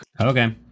okay